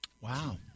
Wow